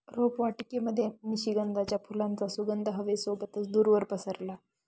रोपवाटिकेमध्ये निशिगंधाच्या फुलांचा सुगंध हवे सोबतच दूरवर पसरला